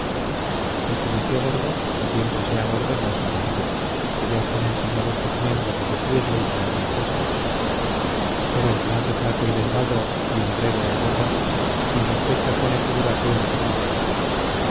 el que nació gordo que siempre sea gordo no es maravilla que ya están enseñados sus miembros a sufrirle y traerle acuestas pero el que nace flaco y delgado y en breve engorda en sospecha pone su duración y su vida